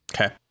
Okay